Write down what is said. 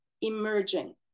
emerging